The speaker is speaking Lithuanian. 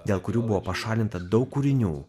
dėl kurių buvo pašalinta daug kūrinių